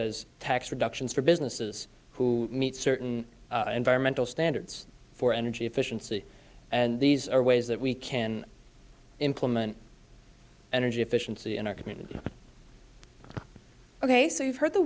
is tax reductions for businesses who meet certain environmental standards for energy efficiency and these are ways that we can implement energy efficiency in our community ok so you've heard the